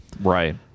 Right